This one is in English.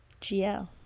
GL